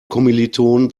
kommilitonen